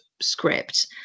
script